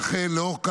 לכן, לאור כך,